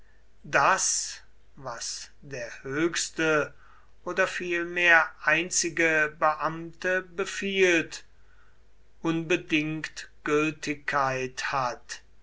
daß was der höchste oder vielmehr einzige beamte befiehlt unbedingt gültigkeit hat